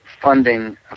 funding